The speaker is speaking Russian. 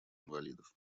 инвалидов